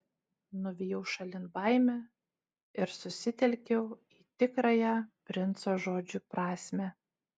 nuvijau šalin baimę ir susitelkiau į tikrąją princo žodžių prasmę